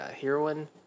heroine